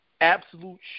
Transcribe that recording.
absolute